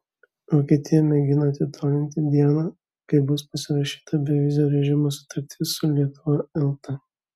vokietija mėgina atitolinti dieną kai bus pasirašyta bevizio režimo sutartis su lietuva elta